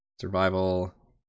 survival